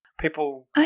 people